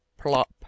plop